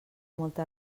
molta